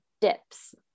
dips